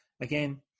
again